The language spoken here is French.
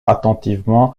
attentivement